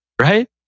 right